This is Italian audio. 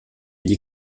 gli